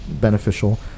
beneficial